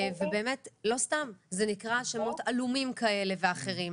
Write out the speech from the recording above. ובאמת לא סתם זה נקרא עלומים כאלה ואחרים.